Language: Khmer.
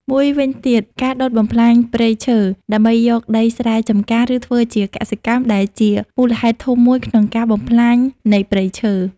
មួយវិញទៀត ការដុតបំផ្លាញព្រៃឈើដើម្បីយកដីស្រែចម្ការ ឬធ្វើជាកសិកម្មដែលជាមូលហេតុធំមួយក្នុងការបំផ្លាញនៃព្រៃឈើ។